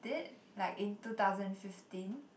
it like in two thousand fifteen